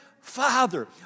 father